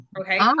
Okay